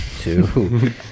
Two